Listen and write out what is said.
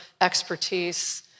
expertise